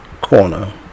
corner